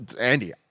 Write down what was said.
Andy